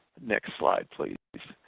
next slide, please.